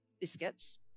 biscuits